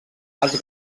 els